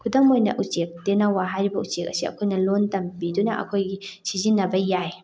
ꯈꯨꯗꯝ ꯑꯣꯏꯅ ꯎꯆꯦꯛ ꯇꯦꯅꯋꯥ ꯍꯥꯏꯔꯤꯕ ꯎꯆꯦꯛ ꯑꯁꯤ ꯑꯩꯈꯣꯏꯅ ꯂꯣꯟ ꯇꯝꯕꯤꯗꯨꯅ ꯑꯩꯈꯣꯏꯒꯤ ꯁꯤꯖꯤꯟꯅꯕ ꯌꯥꯏ